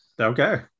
Okay